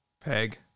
Peg